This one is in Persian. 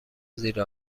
زیر